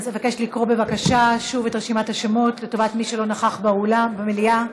אבקש לקרוא שוב את רשימת השמות לטובת מי שלא היה באולם המליאה.